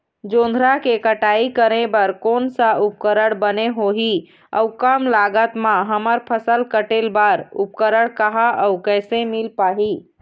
जोंधरा के कटाई करें बर कोन सा उपकरण बने होही अऊ कम लागत मा हमर फसल कटेल बार उपकरण कहा अउ कैसे मील पाही?